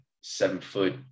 seven-foot